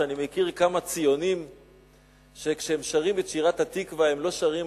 שאני מכיר כמה ציונים שכשהם שרים את שירת "התקווה" הם לא שרים